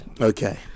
Okay